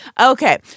Okay